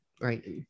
Right